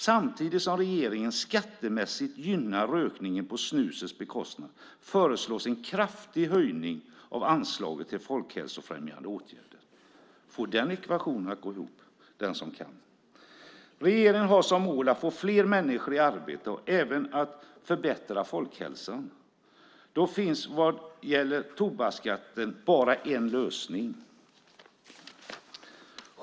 Samtidigt som regeringen skattemässigt gynnar rökningen på snusets bekostnad föreslås en kraftig höjning av anslaget till folkhälsofrämjande åtgärder. Få den ekvationen att gå ihop, den som kan. Regeringen har som mål att få fler människor i arbete och även att förbättra folkhälsan. Då finns det vad gäller tobaksskatten bara en lösning.